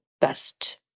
best